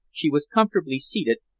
she was comfortably seated,